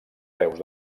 peus